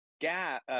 gap